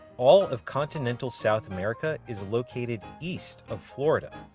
all of continental south america is located east of florida.